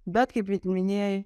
bet kaip vid minėjai